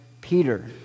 Peter